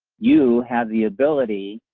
you have the ability,